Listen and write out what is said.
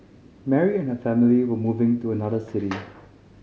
Mary and her family were moving to another city